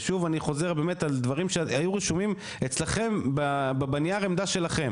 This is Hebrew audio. ושוב אני חוזר באמת על דברים שהיו רשומים אצלכם בנייר עמדה שלכם